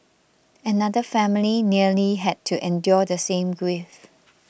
another family nearly had to endure the same grief